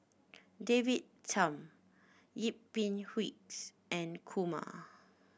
David Tham Yip Pin and Kumar